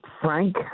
Frank